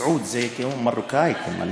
מסעוד, זה כי הוא מרוקאי, תימני.